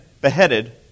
beheaded